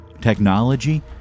Technology